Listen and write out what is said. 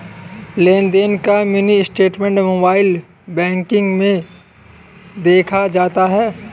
लेनदेन का mini statement mobile banking में दिख जाता है